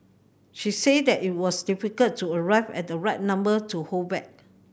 she said that it was difficult to arrive at the right number to hold back